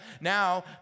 Now